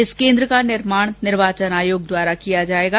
इस केन्द्र का निर्माण निर्वाचन आयोग द्वारा किया जाएगा